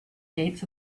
gates